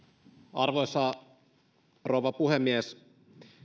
arvoisa rouva puhemies